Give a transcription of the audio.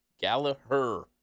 Gallagher